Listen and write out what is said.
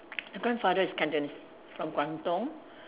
the grandfather is Cantonese from Guangdong